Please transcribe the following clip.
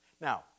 Now